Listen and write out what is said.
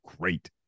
great